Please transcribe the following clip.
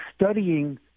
studying